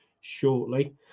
shortly